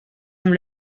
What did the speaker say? amb